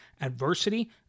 adversity